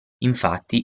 infatti